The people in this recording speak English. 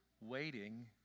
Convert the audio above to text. waiting